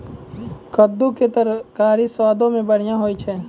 कद्दू के तरकारी स्वादो मे बढ़िया होय छै